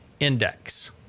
index